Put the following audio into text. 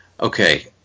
Okay